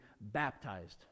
baptized